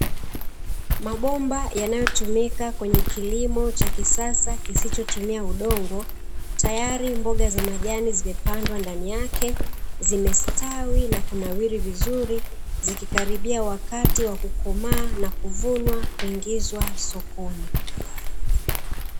Mabomba yanayotumika kwenye kilimo cha kisasa kisichotumia udongo tayari mboga za majani zimepandwa ndani yake zimestawi na kunawiri vizuri zikikaribia wakati wa kukomaa na kuvunwa kuingizwa sokoni.